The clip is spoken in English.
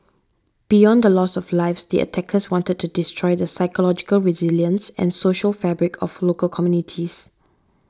beyond the loss of lives the attackers wanted to destroy the psychological resilience and social fabric of local communities